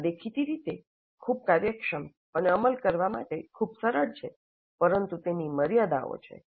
આ દેખીતી રીતે ખૂબ કાર્યક્ષમ અને અમલ કરવા માટે ખૂબ સરળ છે પરંતુ તેની મર્યાદાઓ છે